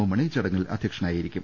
M Mani ചടങ്ങിൽ അധ്യക്ഷനാ യിരിക്കും